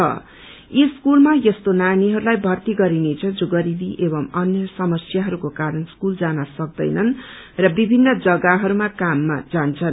यी स्कूलमा यस्तो नानीहरूलाई भर्ती गरिनेछ जो गरीबी एवं अन्य समस्याहरूको कारण स्कूल जान सक्दैननू र विभिन्न जम्गाहरूमा काममन जान्छन्